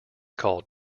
called